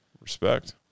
Respect